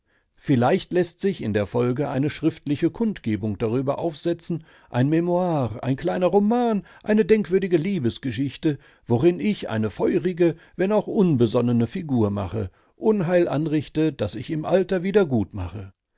vielleicht läßt sich in der folge eine schriftliche kundgebung darüber aufsetzen eine memoire ein kleiner roman eine denkwürdige liebesgeschichte worin ich eine feurige wenn auch unbesonnene figur mache unheil anrichte das ich im alter wieder gut